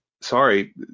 sorry